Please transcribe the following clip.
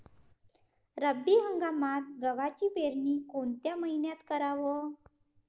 रब्बी हंगामात गव्हाची पेरनी कोनत्या मईन्यात कराव?